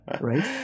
Right